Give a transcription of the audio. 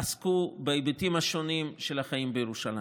עסקו בהיבטים השונים של החיים בירושלים.